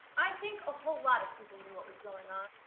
i think a whole lot of people knew what was going on.